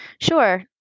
Sure